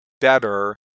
better